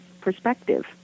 perspective